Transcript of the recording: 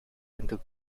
into